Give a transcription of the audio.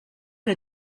que